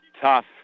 Tough